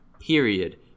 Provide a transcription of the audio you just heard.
period